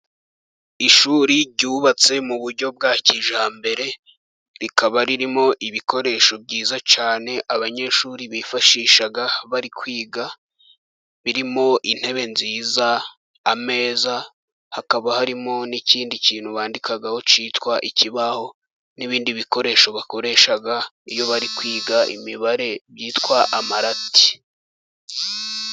Ishuri ryubatse mu buryo bwa kijyambere, rikaba ririmo ibikoresho byiza cyane abanyeshuri bifashisha bari kwiga, birimo intebe nziza, ameza, hakaba harimo n'ikindi kintu bandikaho kitwa ikibaho, n'ibindi bikoresho bakoresha iyo bari kwiga imibare, byitwa amarati.